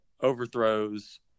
overthrows